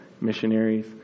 missionaries